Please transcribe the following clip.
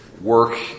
work